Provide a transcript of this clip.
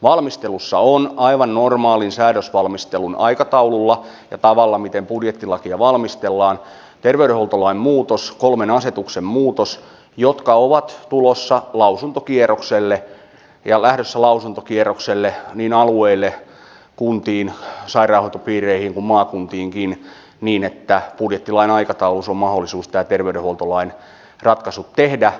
valmistelussa on aivan normaalin säädösvalmistelun aikataululla ja tavalla miten budjettilakia valmistellaan terveydenhuoltolain muutos kolmen asetuksen muutos joka on tulossa lausuntokierrokselle ja lähdössä lausuntokierrokselle niin alueille kuntiin sairaanhoitopiireihin kuin maakuntiinkin niin että budjettilain aikataulussa on mahdollisuus nämä terveydenhuoltolain ratkaisut tehdä